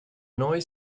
noi